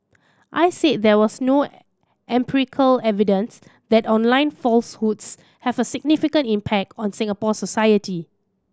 I said there was no empirical evidence that online falsehoods have a significant impact on Singapore society